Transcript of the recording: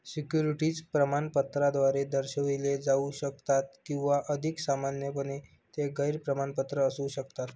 securities प्रमाणपत्राद्वारे दर्शविले जाऊ शकतात किंवा अधिक सामान्यपणे, ते गैर प्रमाणपत्र असू शकतात